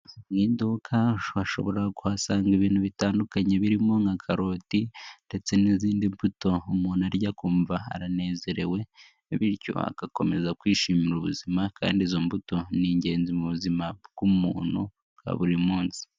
Mu iduka ushobora kuhasanga ibintu bitandukanye birimo nka karoti ndetse n'izindi mbuto umuntu arya kumva aranezerewe bityo agakomeza kwishimira ubuzima kandi izo mbuto ni ingenzi mubu buzima bw'umuntu bwa buri munsi.